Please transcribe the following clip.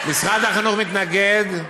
משרד החינוך מתנגד,